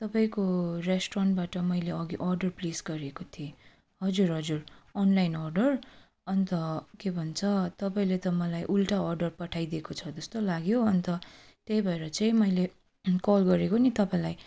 तपाईँको रेस्टुरेन्टबाट मैले अघि अर्डर प्लेस गरेको थिएँ हजुर हजुर अनलाइन अर्डर अन्त के भन्छ तपाईँले त मलाई उल्टा अर्डर पठाइदिएको छ जस्तो लाग्यो अन्त त्यही भएर चाहिँ मैले कल गरेको नि तपाईँलाई